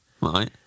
Right